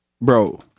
bro